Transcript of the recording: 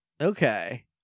okay